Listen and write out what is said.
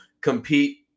compete